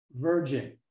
virgin